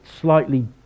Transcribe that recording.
slightly